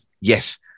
yes